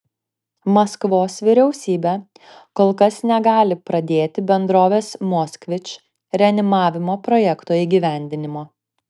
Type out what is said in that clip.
maskvos vyriausybė kol kas negali pradėti bendrovės moskvič reanimavimo projekto įgyvendinimo